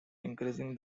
increasing